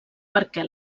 perquè